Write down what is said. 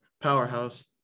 powerhouse